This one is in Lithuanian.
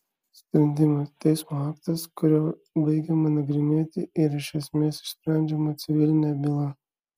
sprendimas teismo aktas kuriuo baigiama nagrinėti ir iš esmės išsprendžiama civilinė byla